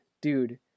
Dude